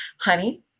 Honey